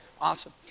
awesome